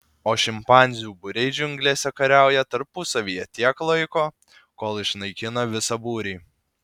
o šimpanzių būriai džiunglėse kariauja tarpusavyje tiek laiko kol išnaikina visą būrį